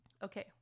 Okay